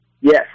Yes